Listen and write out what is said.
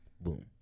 boom